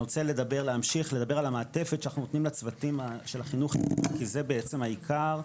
אני רוצה לדבר על המעטפת שאנחנו נותנים לצוותים כי זה בעצם העיקר.